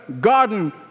garden